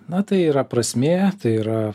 na tai yra prasmė tai yra